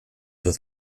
with